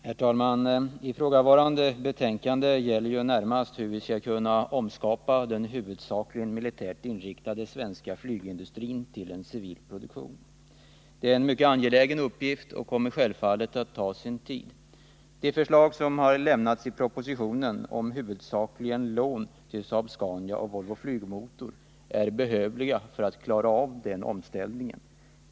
Herr talman! Ifrågavarande betänkande gäller närmast hur vi skall kunna omskapa den huvudsakligen militärt inriktade svenska flygindustrin till att inriktas på civil produktion. Det är en mycket angelägen uppgift som självfallet kommer att ta sin tid. De i propositionen föreslagna lånen till Saab-Scania och Volvo Flygmotor är behövliga för att man skall kunna klara av den omställningen.